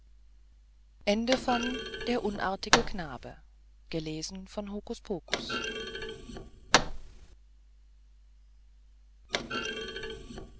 der unartige knabe